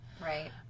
Right